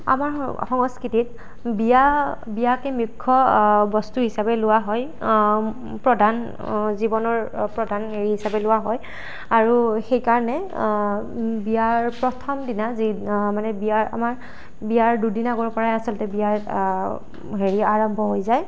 আমাৰ সং সংস্কূতিত বিয়া বিয়াকে মুখ্য বস্তু হিচাপে লোৱা হয় প্ৰধান জীৱনৰ প্ৰধান হেৰি হিচাপে লোৱা হয় আৰু সেইকাৰণে বিয়াৰ প্ৰথম দিনা যি মানে আমাৰ বিয়াৰ দুদিন আগৰ পৰাই আচলতে বিয়াৰ হেৰি আৰম্ভ হৈ যায়